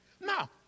No